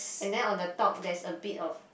and then on the top there's a bit of